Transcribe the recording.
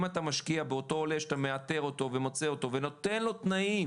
אם אתה משקיע באותו עולה שאתה מאתר אותו ונותן לו תנאים,